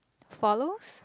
follows